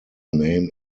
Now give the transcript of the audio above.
name